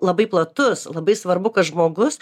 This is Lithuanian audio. labai platus labai svarbu kad žmogus